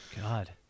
God